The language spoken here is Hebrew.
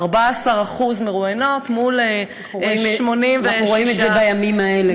14% מרואיינות מול 86% אנחנו רואים את זה גם בימים האלה.